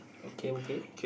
okay okay